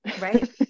right